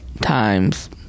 times